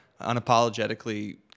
unapologetically